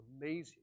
amazing